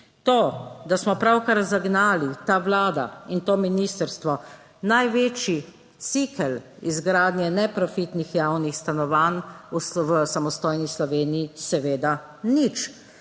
To, da smo pravkar zagnali, ta Vlada in to ministrstvo, največji cikel izgradnje neprofitnih javnih stanovanj v samostojni Sloveniji seveda nič.